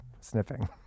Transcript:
sniffing